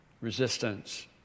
resistance